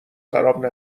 خراب